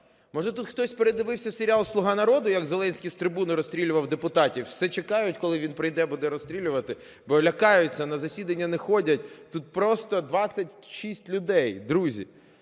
Може, тут хтось передивився серіал "Слуга народу", як Зеленський з трибуни розстрілював депутатів, все чекають, коли він прийде і буде розстрілювати, бо лякаються, на засідання не ходять. Тут просто 26 людей, друзі.